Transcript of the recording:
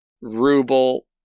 Ruble